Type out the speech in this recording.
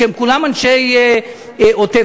שהם כולם אנשי עוטף-עזה,